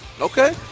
Okay